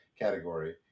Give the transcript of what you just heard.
category